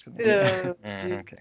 Okay